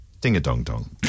Ding-a-dong-dong